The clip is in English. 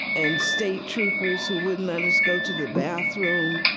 and state troopers who wouldn't let us go to the bathroom,